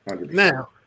now